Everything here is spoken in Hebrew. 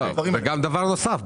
דבר נוסף.